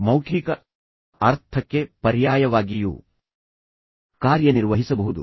ಮೌಖಿಕ ಅರ್ಥಕ್ಕೆ ಪರ್ಯಾಯವಾಗಿಯೂ ಕಾರ್ಯನಿರ್ವಹಿಸಬಹುದು